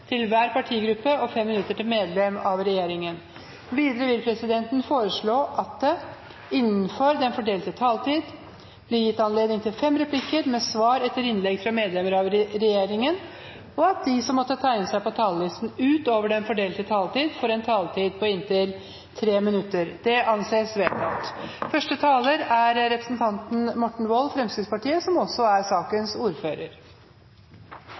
til 5 minutter til hver partigruppe og 5 minutter til medlem av regjeringen. Videre vil presidenten foreslå at det blir gitt anledning til fem replikker med svar etter innlegg fra medlemmer av regjeringen innenfor den fordelte taletid, og at de som måtte tegne seg på talerlisten utover den fordelte taletid, får en taletid på inntil 3 minutter. – Det anses vedtatt.